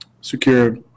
secure